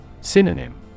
Synonym